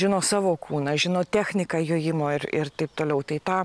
žino savo kūną žino techniką jojimo ir ir taip toliau tai tą